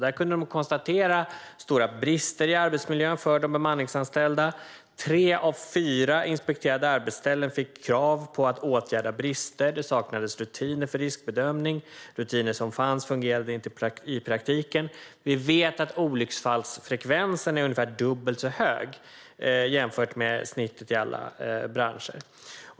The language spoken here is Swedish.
Där kunde de konstatera att det råder stora brister i arbetsmiljön för de bemanningsanställda. Tre av fyra inspekterade arbetsställen fick krav på att åtgärda brister. Det saknades rutiner för riskbedömning, och de rutiner som fanns fungerade inte i praktiken. Vi vet att olycksfallsfrekvensen är ungefär dubbelt så hög här jämfört med snittet i alla branscher.